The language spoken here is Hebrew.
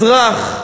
אזרח,